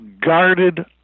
guarded